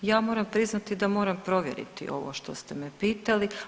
Ja moram priznati da moram provjeriti ovo što ste me pitali.